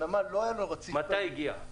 לנמל לא היה רציף --- מתי היא הגיעה?